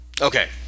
okay